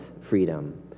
freedom